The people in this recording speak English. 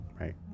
right